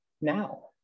now